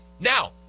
Now